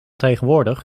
tegenwoordig